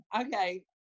Okay